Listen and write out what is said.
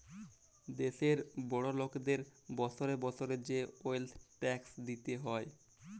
দ্যাশের বড় লকদের বসরে বসরে যে ওয়েলথ ট্যাক্স দিতে হ্যয়